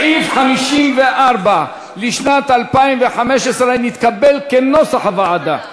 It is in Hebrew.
סעיף 54 לשנת 2015 נתקבל כנוסח הוועדה.